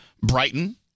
Brighton